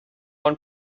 one